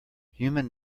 human